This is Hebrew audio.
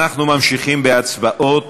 אנחנו ממשיכים בהצבעות.